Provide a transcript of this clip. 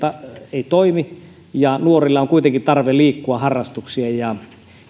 ei toimi ja nuorilla on kuitenkin tarve liikkua harrastuksiin